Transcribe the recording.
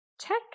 Check